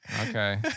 Okay